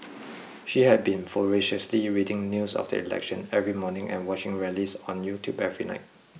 she had been voraciously reading news of the election every morning and watching rallies on YouTube every night